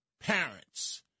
parents